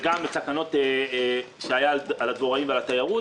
וגם בתקנות שהיו על הדבוראים והתיירות,